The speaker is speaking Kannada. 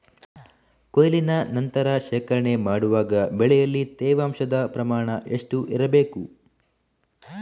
ಕೊಯ್ಲಿನ ನಂತರ ಶೇಖರಣೆ ಮಾಡುವಾಗ ಬೆಳೆಯಲ್ಲಿ ತೇವಾಂಶದ ಪ್ರಮಾಣ ಎಷ್ಟು ಇರಬೇಕು?